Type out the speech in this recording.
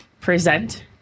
present